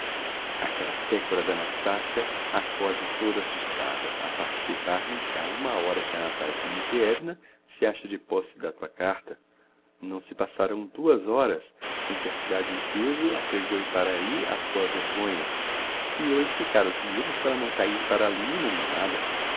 aquella pécora da nastassia accode toda assustada a participar me que ha uma hora que a natalia dmitrievna se acha de posse da tua carta não se passarão duas horas sem que a cidade em pêso apregôe para ahi a tua vergonha e eu a esticar os nervos para não caír para ali inanimada